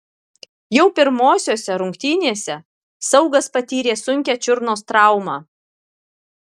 jau pirmosiose rungtynėse saugas patyrė sunkią čiurnos traumą